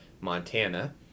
Montana